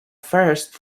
first